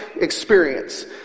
experience